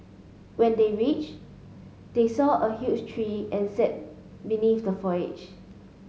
when they reached they saw a huge tree and sat beneath the foliage